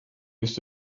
bist